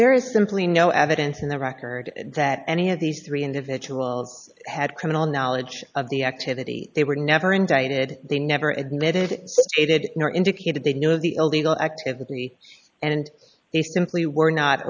there is simply no evidence in the record that any of these three individuals had criminal knowledge of the activity they were never indicted they never admitted they did or indicated they know the illegal activity and they simply were not